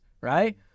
Right